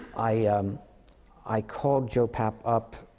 i i called joe papp up,